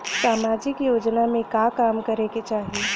सामाजिक योजना में का काम करे के चाही?